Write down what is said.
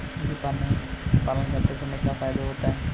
मुर्गी पालन करने से क्या फायदा होता है?